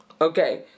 Okay